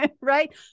right